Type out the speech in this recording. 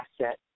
asset